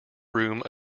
room